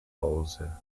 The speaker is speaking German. hause